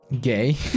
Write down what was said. Gay